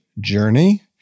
journey